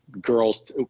girls